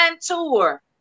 tour